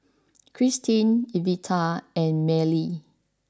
Kristine Evita and Mellie